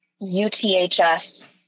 UTHS